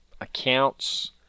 accounts